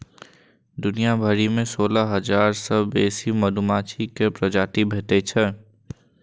दुनिया भरि मे सोलह हजार सं बेसी मधुमाछी के प्रजाति भेटै छै